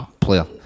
player